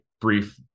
brief